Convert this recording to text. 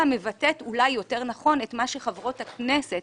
מבטאת אולי יותר נכון את מה שחברות הכנסת